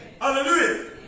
Hallelujah